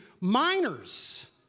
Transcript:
minors